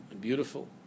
beautiful